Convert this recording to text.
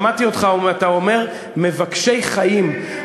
שמעתי אותך אומר: מבקשי חיים.